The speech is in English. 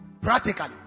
Practically